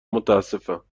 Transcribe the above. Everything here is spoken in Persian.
متاسفم